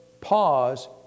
pause